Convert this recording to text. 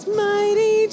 mighty